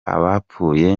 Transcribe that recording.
abapfuye